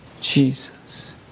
Jesus